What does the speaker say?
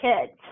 kids